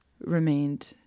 remained